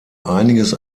einiges